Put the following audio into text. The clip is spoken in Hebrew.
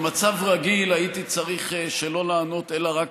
במצב רגיל הייתי צריך שלא לענות אלא רק